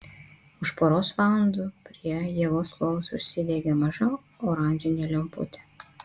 už poros valandų prie ievos lovos užsidegė maža oranžinė lemputė